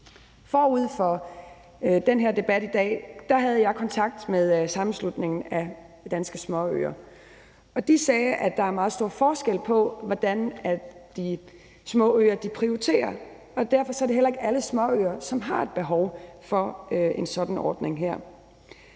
Forud for den her debat i dag havde jeg kontakt med Sammenslutningen af Danske Småøer, og de sagde, at der er meget stor forskel på, hvordan de små øer prioriterer, og derfor er det heller ikke alle småøer, som har et behov for en sådan ordning.